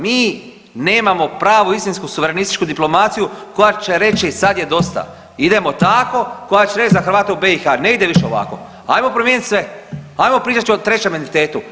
Mi nemamo pravu, istinsku suverenističku diplomaciju koja će reći sad je dosta, idemo tako, koja će reći za Hrvate u BiH ne ide više ovako, ajmo promijenit sve, ajmo pričat o trećem entitetu.